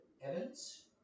Evans